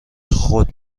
خود